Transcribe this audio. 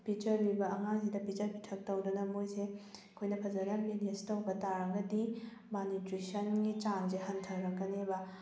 ꯄꯤꯖꯕꯤꯕ ꯑꯉꯥꯡꯁꯤꯗ ꯄꯤꯖ ꯄꯤꯊꯛ ꯇꯧꯗꯨꯅ ꯃꯣꯏꯁꯦ ꯑꯩꯈꯣꯏꯅ ꯐꯖꯅ ꯃꯦꯅꯦꯖ ꯇꯧꯕ ꯇꯥꯔꯒꯗꯤ ꯃꯥꯜꯅ꯭ꯌꯨꯇ꯭ꯔꯤꯁꯟꯒꯤ ꯆꯥꯡꯁꯦ ꯍꯟꯊꯔꯛꯀꯅꯦꯕ